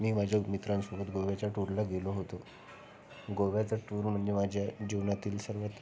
मी माझ्या मित्रांसोबत गोव्याच्या टूरला गेला होतो गोव्याचा टूर म्हणजे माझ्या जीवनातील सर्वात